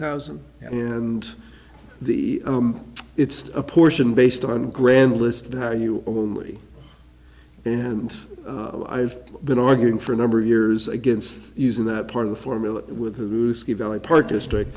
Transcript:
thousand and the it's a portion based on grand list now you only and i've been arguing for a number of years against using that part of the formula with ski valley park district